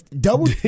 double